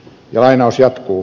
lainaus jatkuu